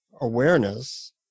awareness